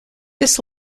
this